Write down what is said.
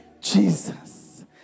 Jesus